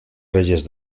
reyes